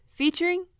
featuring